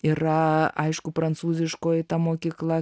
yra aišku prancūziškoji ta mokykla